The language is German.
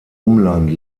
umland